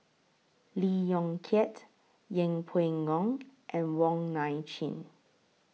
Lee Yong Kiat Yeng Pway Ngon and Wong Nai Chin